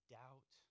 doubt